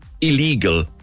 illegal